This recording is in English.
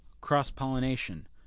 cross-pollination